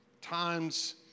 times